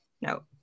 No